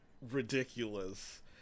ridiculous